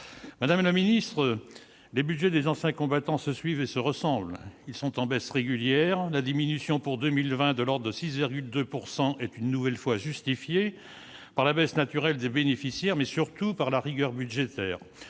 Madame la secrétaire d'État, les budgets relatifs aux anciens combattants se suivent et se ressemblent : ils sont en baisse régulière. La diminution pour 2020, de l'ordre de 6,2 %, est une nouvelle fois justifiée par la baisse naturelle du nombre des bénéficiaires, mais surtout par la rigueur budgétaire.